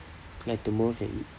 like tomorrow can eat